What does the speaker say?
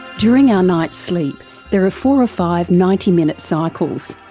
during our night's sleep there are four or five ninety minute cycles.